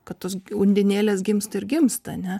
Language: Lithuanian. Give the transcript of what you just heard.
kad tos undinėlės gimsta ir gimsta ane